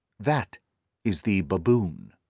that is the baboon.